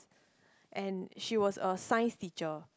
and she was a science teacher